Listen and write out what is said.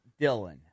Dylan